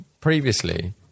previously